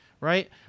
right